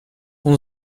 اون